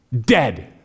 dead